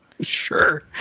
Sure